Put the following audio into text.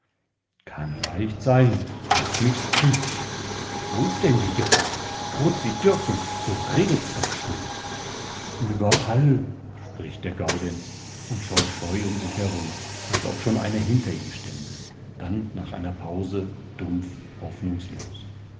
kann leicht sein daß mich's trifft wo is denn die gefahr kruzitürken so redet's doch schon überall spricht der gaudenz und schaut scheu um sich herum als ob schon einer hinter ihm stände dann nach einer pause dumpf hoffnungslos